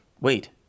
wait